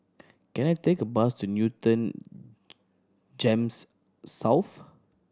can I take a bus to Newton GEMS South